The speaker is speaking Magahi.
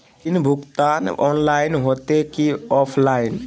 ऋण भुगतान ऑनलाइन होते की ऑफलाइन?